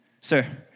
Sir